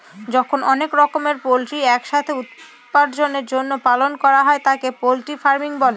যখন অনেক রকমের পোল্ট্রি এক সাথে উপার্জনের জন্য পালন করা হয় তাকে পোল্ট্রি ফার্মিং বলে